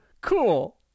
cool